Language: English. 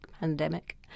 pandemic